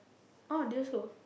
orh they also